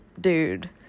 dude